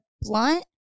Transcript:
blunt